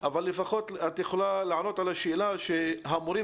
אבל לפחות את יכולה לענות על השאלה והיא האם המורים